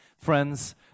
Friends